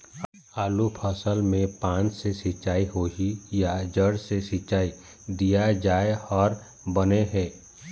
आलू फसल मे पान से सिचाई होही या जड़ से सिचाई दिया जाय हर बने हे?